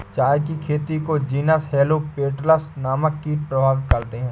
चाय की खेती को जीनस हेलो पेटल्स नामक कीट प्रभावित करते हैं